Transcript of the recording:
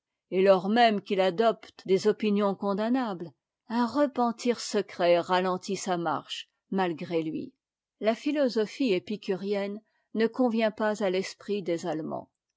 et lors même qu'il adopte des opinions con damnables un repentir secret ralentit sa marche malgré lui la philosophie épicurienne ne convient pas à l'esprit des allemands